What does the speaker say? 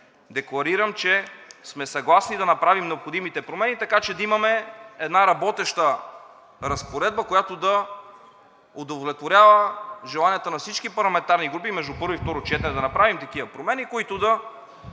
декларирам, че сме съгласни да направим необходимите промени, така че да имаме една работеща разпоредба, която да удовлетворява желанията на всички парламентарни групи. Между първо и второ четене да направим такива промени, които да